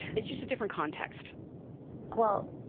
it's just a different context well,